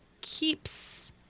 keeps